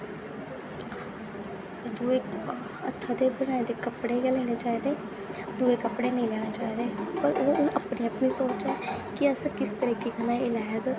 दुऐ हत्थें दे बनाए दे कपड़े गै लेने चाहिदे दुऐ कपड़े नेईं लेने चाहिदे पर ओह् हून अपनी अपनी सोच ऐ कि अस किस तरीके कन्नै ऐ लैग्गे